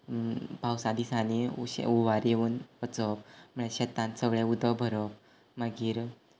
पावसा दिसांनी हुंवार येवून वचप म्हणल्यार शेतांत सगळें उदक भरप मागीर